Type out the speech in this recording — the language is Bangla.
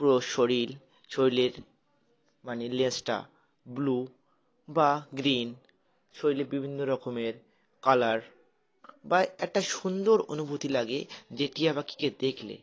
পুরো শরীর শরীরের মানে লেজটা ব্লু বা গ্রিন শরীরে বিভিন্ন রকমের কালার বা একটা সুন্দর অনুভূতি লাগে যেটি আব কী দেখলে